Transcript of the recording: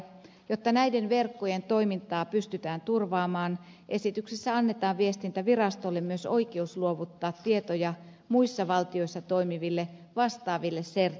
jotta näiden verkkojen toimintaa pystytään turvaamaan esityksessä annetaan viestintävirastolle myös oikeus luovuttaa tietoja muissa valtioissa toimiville vastaaville cert toimijoille